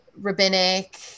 rabbinic